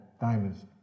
diamonds